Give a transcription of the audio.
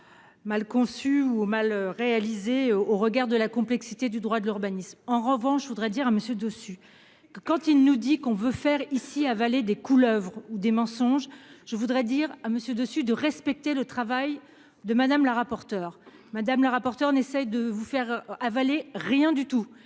Mal conçus ou mal réalisé au regard de la complexité du droit de l'urbanisme. En revanche, je voudrais dire à monsieur dessus quand il nous dit qu'on veut faire ici avaler des couleuvres ou des mensonges. Je voudrais dire à monsieur dessus de respecter le travail de Madame la rapporteure madame la rapporteure. On essaie de vous faire avaler rien du tout,